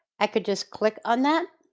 i could just click on that